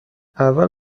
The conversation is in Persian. اول